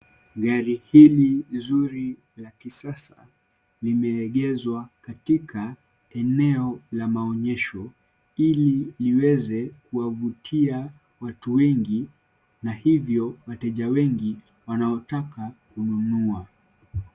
Gari hili nzuri la kisasa limeegezwa katika eneo la maonyesho ili liweze kuwavutia watu wengi na hivyo wateja wengi wanaotaka kununua.